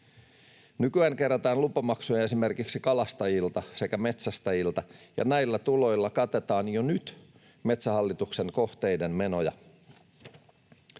Nykyään kerätään lupamaksuja esimerkiksi kalastajilta sekä metsästäjiltä, ja näillä tuloilla katetaan jo nyt Metsähallituksen kohteiden menoja.